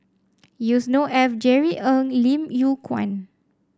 Yusnor Ef Jerry Ng Lim Yew Kuan